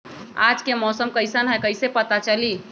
आज के मौसम कईसन हैं कईसे पता चली?